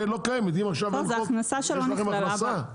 הכנסה שלא קיימת, אם עכשיו אין חוק יש לכם הכנסה?